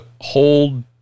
hold